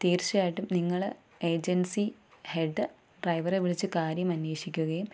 തീർച്ചയായിട്ടും നിങ്ങള് agency head ഡ്രൈവറെ വിളിച്ച് കാര്യം അന്വേഷിക്കുകയും